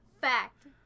Fact